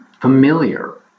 familiar